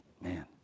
Man